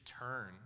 turn